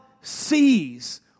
sees